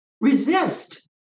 resist